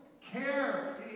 care